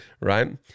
right